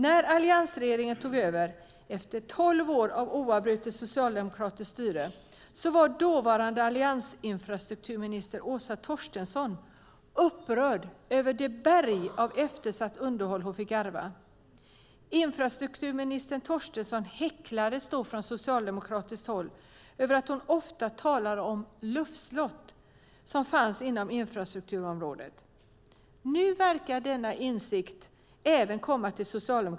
När alliansregeringen tog över efter tolv år av oavbrutet socialdemokratiskt styre var dåvarande alliansinfrastrukturminister Åsa Torstensson upprörd över det berg av eftersatt underhåll hon fick ärva. Infrastrukturminister Torstensson häcklades då från socialdemokratiskt håll för att hon ofta talade om de luftslott som fanns inom infrastrukturområdet.